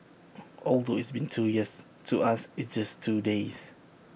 although it's been two years to us it's just two days